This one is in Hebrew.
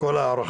אני לא יודעת.